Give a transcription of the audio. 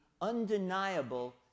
undeniable